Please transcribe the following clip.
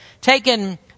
taken